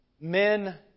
Men